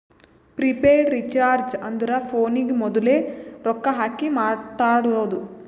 prepaid recharge ಅಂದುರ್ ಫೋನಿಗ ಮೋದುಲೆ ರೊಕ್ಕಾ ಹಾಕಿ ಮಾತಾಡೋದು